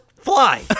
fly